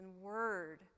word